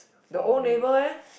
the old neighbor eh